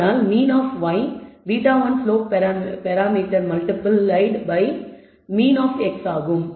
ஆனால் mean of y β1 slope parameter multiple by mean of x ஆகும்